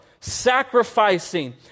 sacrificing